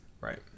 Right